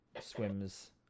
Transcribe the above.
swims